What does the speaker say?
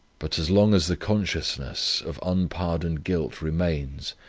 but as long as the consciousness of unpardoned guilt remains,